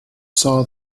saw